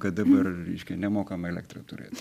kad dabar reiškia nemokamą elektrą turėt